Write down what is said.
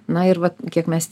na ir vat kiek mes